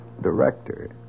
director